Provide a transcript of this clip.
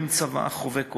הם צבא חובק עולם,